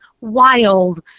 wild